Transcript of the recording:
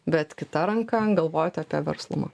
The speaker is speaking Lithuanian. bet kita ranka galvoti apie verslumą